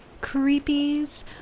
creepies